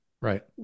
Right